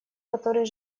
который